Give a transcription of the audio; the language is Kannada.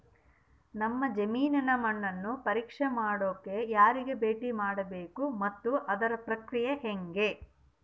ನಮ್ಮ ಜಮೇನಿನ ಮಣ್ಣನ್ನು ಪರೇಕ್ಷೆ ಮಾಡ್ಸಕ ಯಾರಿಗೆ ಭೇಟಿ ಮಾಡಬೇಕು ಮತ್ತು ಅದರ ಪ್ರಕ್ರಿಯೆ ಹೆಂಗೆ?